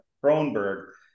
Kronberg